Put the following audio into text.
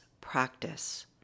practice